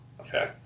Okay